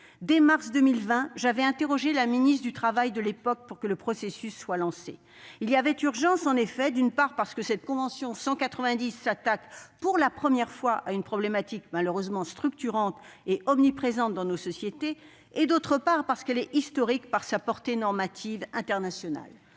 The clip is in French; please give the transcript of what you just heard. de mars 2020, j'avais interrogé la ministre du travail de l'époque pour que le processus soit lancé. Il y avait en effet urgence. D'une part, cette convention n° 190 s'attaque pour la première fois à une problématique malheureusement structurante et omniprésente dans nos sociétés. D'autre part, par sa portée normative internationale,